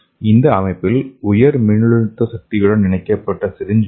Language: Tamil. இந்த அமைப்பில் உயர் மின்னழுத்த மின்சக்தியுடன் இணைக்கப்பட்ட சிரிஞ்ச் உள்ளது